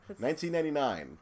1999